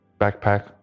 backpack